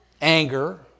Anger